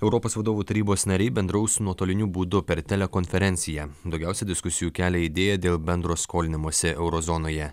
europos vadovų tarybos nariai bendraus nuotoliniu būdu per telekonferenciją daugiausiai diskusijų kelia idėja dėl bendro skolinimosi euro zonoje